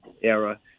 era